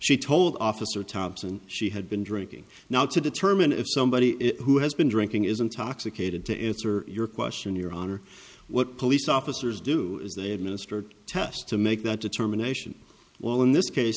she told officer thompson she had been drinking now to determine if somebody who has been drinking is intoxicated to its or your question your honor what police officers do is they administered tests to make that determination well in this case